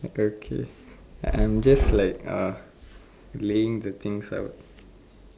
okay I am just like uh laying the things out